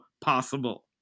possible